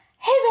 Hey